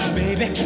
baby